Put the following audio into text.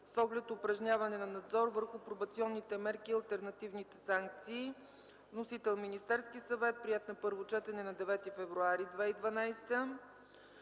с оглед упражняване на надзор върху пробационните мерки и алтернативните санкции. Вносител: Министерски съвет; приет на първо четене на 9 февруари 2012